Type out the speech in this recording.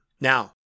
Now